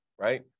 right